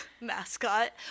Mascot